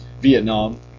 Vietnam